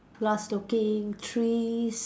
glass looking trees